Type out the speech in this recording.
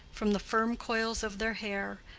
from the firm coils of their hair,